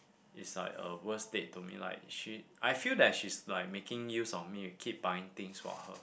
it's like a worst date to me like she I feel that she's like making use of me you keep buying things for her